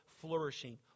flourishing